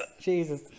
Jesus